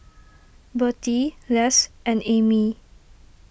Bertie Les and Amie